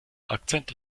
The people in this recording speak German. akzente